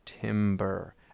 timber